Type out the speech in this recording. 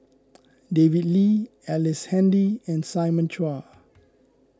David Lee Ellice Handy and Simon Chua